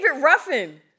Ruffin